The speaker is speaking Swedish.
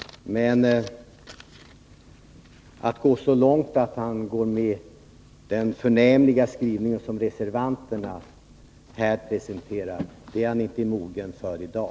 Men att gå så långt som att acceptera den förnämliga skrivning som reservanterna här presenterar är han inte mogen för i dag.